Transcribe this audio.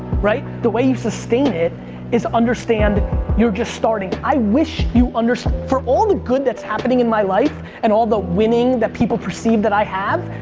the way you sustain it is understand you're just starting i wish you understood. for all the good that's happening in my life and all the winning that people perceive that i have,